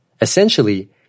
Essentially